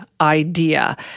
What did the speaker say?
idea